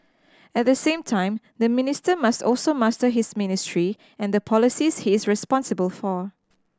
at the same time the minister must also master his ministry and the policies he is responsible for